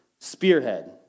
spearhead